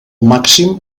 màxim